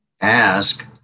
ask